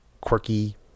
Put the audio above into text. quirky